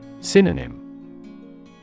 Synonym